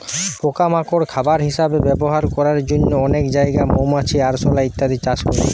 পোকা মাকড় খাবার হিসাবে ব্যবহার করবার জন্যে অনেক জাগায় মৌমাছি, আরশোলা ইত্যাদি চাষ করছে